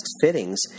fittings